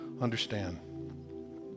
understand